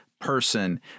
person